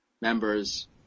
members